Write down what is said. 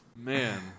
Man